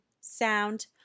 sound